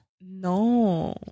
No